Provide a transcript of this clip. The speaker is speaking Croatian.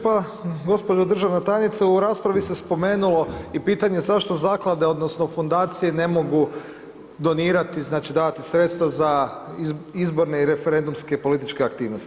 Pa, gospođo državna tajnice, u raspravi se spomenulo i pitanje zašto zaklade, odnosno fundacije, ne mogu donirati, znači davati sredstva za izborne i referendumske političke aktivnosti.